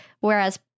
whereas